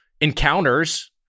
encounters